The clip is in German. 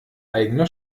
eigene